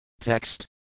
Text